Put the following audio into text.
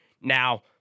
Now